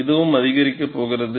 இதுவும் அதிகரிக்கப் போகிறது